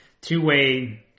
two-way